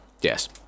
Yes